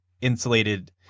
insulated